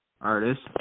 artist